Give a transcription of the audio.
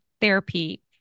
therapy